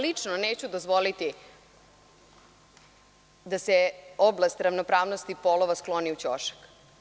Lično neću dozvoliti da se oblast ravnopravnosti polova skloni u ćošak.